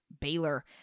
Baylor